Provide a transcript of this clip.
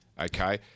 okay